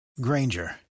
Granger